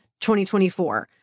2024